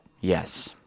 Yes